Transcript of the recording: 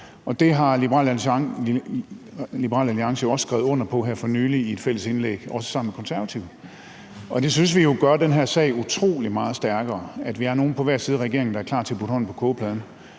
det har Liberal Alliance jo også skrevet under på her for nylig i et fælles indlæg, også sammen med Konservative. Vi synes jo, det gør den her sag utrolig meget stærkere, at vi er nogle på hver side af regeringen, der er klar til at putte hånden på kogepladen